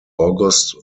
august